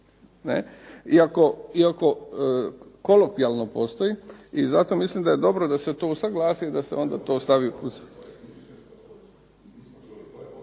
iako kolokvijalno postoji. I zato mislim da je dobro da se to usaglasi i da se onda to stavi.